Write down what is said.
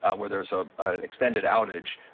ah where there's ah an extended outage,